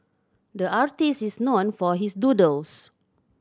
the artist is known for his doodles